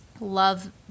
Love